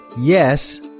yes